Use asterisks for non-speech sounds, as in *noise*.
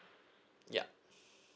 ya *breath*